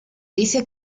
dice